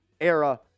era